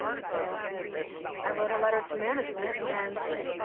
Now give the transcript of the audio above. so i wrote a letter to management and said,